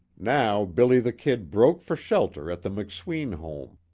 now billy the kid broke for shelter at the mcsween home.